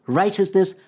righteousness